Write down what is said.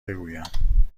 بگویم